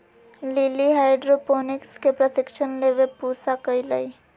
lily hydroponics के प्रशिक्षण लेवे पूसा गईलय